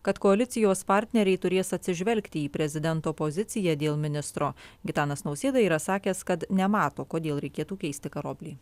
kad koalicijos partneriai turės atsižvelgti į prezidento poziciją dėl ministro gitanas nausėda yra sakęs kad nemato kodėl reikėtų keisti karoblį